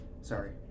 Sorry